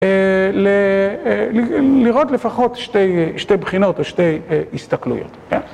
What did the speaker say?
לראות לפחות שתי בחינות או שתי הסתכלויות.